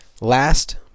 Last